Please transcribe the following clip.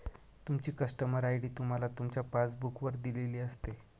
तुमची customer ID तुम्हाला तुमच्या पासबुक वर दिलेली असते